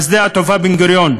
משדה-התעופה בן-גוריון.